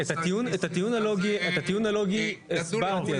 את הטיעון הלוגי הסברתי.